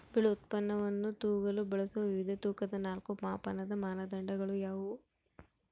ಬೆಳೆ ಉತ್ಪನ್ನವನ್ನು ತೂಗಲು ಬಳಸುವ ವಿವಿಧ ತೂಕದ ನಾಲ್ಕು ಮಾಪನದ ಮಾನದಂಡಗಳು ಯಾವುವು?